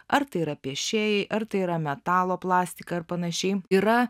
ar tai yra piešėjai ar tai yra metalo plastika ar panašiai yra